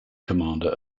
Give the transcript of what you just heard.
commander